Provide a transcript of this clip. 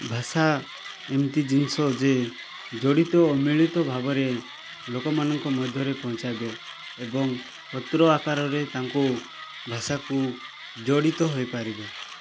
ଭାଷା ଏମିତି ଜିନିଷ ଯେ ଜଡ଼ିତ ମିଳିତ ଭାବରେ ଲୋକମାନଙ୍କ ମଧ୍ୟରେ ପହଞ୍ଚାଇବେ ଏବଂ ପତ୍ର ଆକାରରେ ତାଙ୍କୁ ଭାଷାକୁ ଜଡ଼ିତ ହୋଇପାରିବେ